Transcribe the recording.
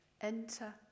Enter